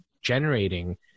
generating